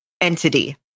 entity